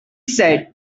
said